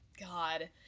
God